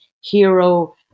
hero